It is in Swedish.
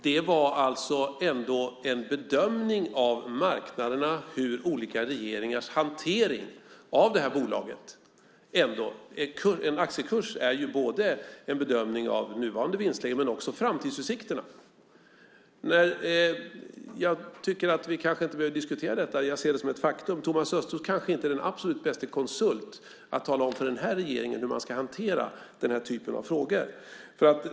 Det var en bedömning av marknaderna av olika regeringars hantering av detta bolag. En aktiekurs är både en bedömning av nuvarande vinstläge och framtidsutsikterna. Vi behöver kanske inte diskutera detta; jag ser det som ett faktum. Thomas Östros kanske inte är den absolut bästa konsulten att tala om för denna regering hur man ska hantera denna typ av frågor.